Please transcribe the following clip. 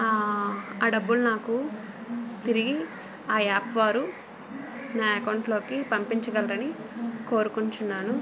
ఆ డబ్బులు నాకు తిరిగి ఆ యాప్ వారు నా అకౌంట్లోకి పంపించగలరని కోరుకుంటున్నాను